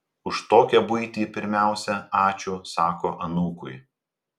už tokią buitį pirmiausia ačiū sako anūkui